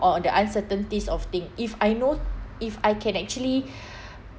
or the uncertainties of thing if I know if I can actually